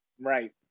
Right